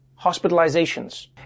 hospitalizations